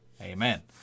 amen